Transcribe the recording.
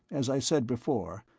as i said before,